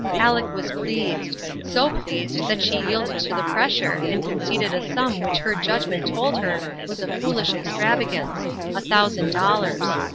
aleck was pleased so pleased that she yielded to the pressure and conceded a sum which her judgment told her was a foolish extravagance a thousand dollars.